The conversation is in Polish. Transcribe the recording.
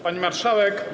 Pani Marszałek!